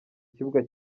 kibuga